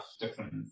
different